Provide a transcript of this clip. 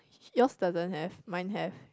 yours doesn't have mine have